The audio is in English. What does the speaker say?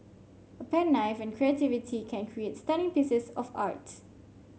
a pen knife and creativity can create stunning pieces of art